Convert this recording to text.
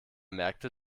merkte